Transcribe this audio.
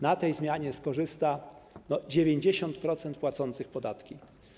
Na tej zmianie skorzysta 90% płacących podatki.